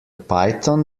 python